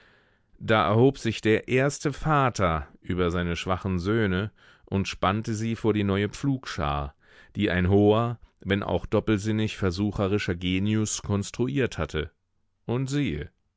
da erhob sich der erste vater über seine schwachen söhne und spannte sie vor die neue pflugschar die ein hoher wenn auch doppelsinnig versucherischer genius konstruiert hatte und siehe